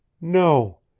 No